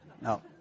No